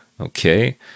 Okay